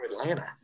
Atlanta